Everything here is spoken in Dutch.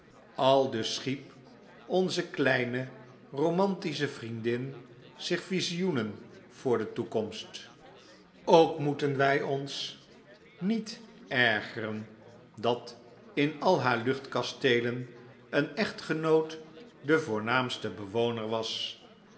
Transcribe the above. aldus schiep onze kleine romantische vriendin zich visioenen voor de toekomst ook moeten wij ons niet ergeren dat in al haar luchtkasteelen een echtgenoot de voornaamste bewoner was